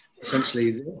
essentially